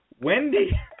Wendy